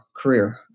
career